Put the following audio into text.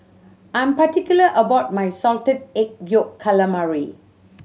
I'm particular about my Salted Egg Yolk Calamari